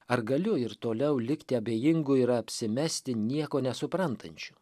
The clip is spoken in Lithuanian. ar galiu ir toliau likti abejingu ir apsimesti nieko nesuprantančiu